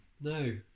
No